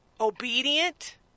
obedient